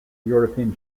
european